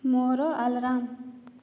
ମୋର ଆଲାର୍ମ